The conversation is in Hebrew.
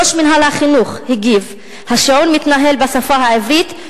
ראש מינהל החינוך הגיב: השיעור מתנהל בשפה העברית,